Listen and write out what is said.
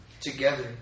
together